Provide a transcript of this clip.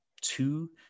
two